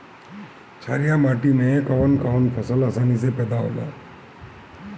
छारिया माटी मे कवन कवन फसल आसानी से पैदा होला?